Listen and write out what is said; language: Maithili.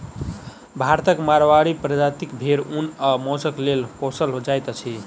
भारतक माड़वाड़ी प्रजातिक भेंड़ ऊन आ मौंसक लेल पोसल जाइत अछि